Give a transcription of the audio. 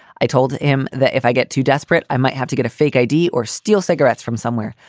i told him that if i get too desperate, i might have to get a fake i d. or steal cigarettes from somewhere.